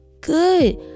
good